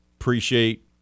appreciate